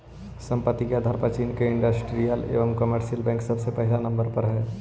संपत्ति के आधार पर चीन के इन्डस्ट्रीअल एण्ड कमर्शियल बैंक सबसे पहिला नंबर पर हई